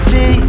See